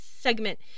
segment